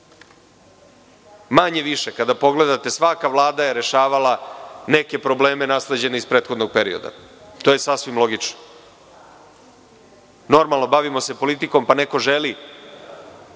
Manje-više, kada pogledate, svaka vlada je rešavala neke probleme nasleđene iz prethodnog perioda. To je sasvim logično. Normalno, bavimo se politikom, pa neko želi